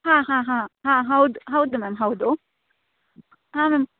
ಹಾಂ ಹಾಂ ಹಾಂ ಹಾಂ ಹೌದು ಹೌದು ಮ್ಯಾಮ್ ಹೌದು ಹಾಂ ಮ್ಯಾಮ್